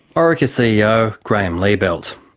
orica ceo, graeme liebelt.